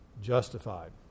justified